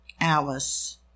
Alice